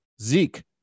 Zeke